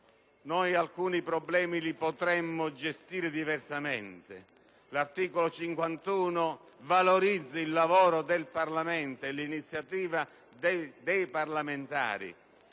alcuni problemi li potremmo gestire diversamente. L'articolo 51 valorizza il lavoro del Parlamento e l'iniziativa dei parlamentari,